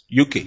UK